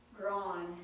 drawn